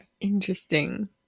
interesting